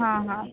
हां हां